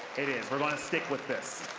we're going with this.